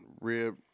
rib